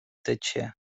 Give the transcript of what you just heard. тече